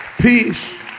peace